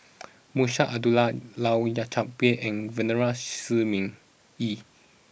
Munshi Abdullah Lau Chiap Khai and Venerable Shi Ming Yi